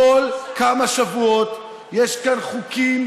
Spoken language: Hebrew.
בכל כמה שבועות יש כאן חוקים,